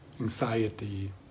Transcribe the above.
anxiety